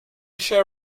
shall